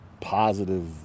positive